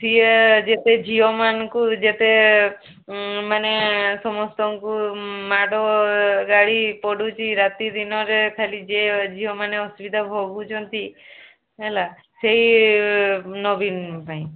ସିଏ ଯେତେ ଝିଅମାନଙ୍କୁ ଯେତେ ମାନେ ସମସ୍ତଙ୍କୁ ମାଡ଼ ଗାଳି ପଡୁଛି ରାତି ଦିନରେ ଖାଲି ଯିଏ ଝିଅମାନେ ଅସୁବିଧା ଭୋଗୁଛନ୍ତି ହେଲା ସେଇ ନବୀନ ପାଇଁ